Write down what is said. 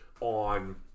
on